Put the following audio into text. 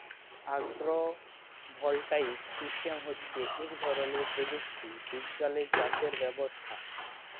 আগ্র voltaic system হচ্যে ইক ধরলের প্রযুক্তি বিজ্ঞালের চাসের ব্যবস্থা